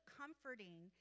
comforting